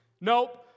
Nope